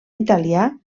italià